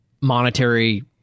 monetary